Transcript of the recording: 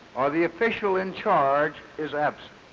or the official in charge is absent.